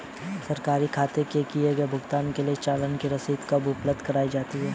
सरकारी खाते में किए गए भुगतान के लिए चालान की रसीद कब उपलब्ध कराईं जाती हैं?